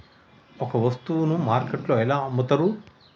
ఒక వస్తువును మార్కెట్లో ఎలా అమ్ముతరు?